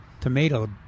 tomato